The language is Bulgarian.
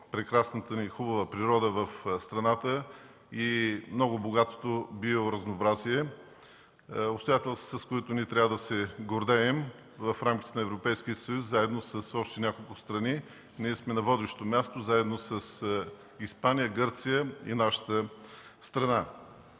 прекрасната ни и хубава природа в страната и много богатото биоразнообразие – обстоятелствата, с които трябва да се гордеем. В рамките на Европейския съюз, заедно с още няколко страни, ние сме на водещо място, заедно с Испания и Гърция е и нашата страна.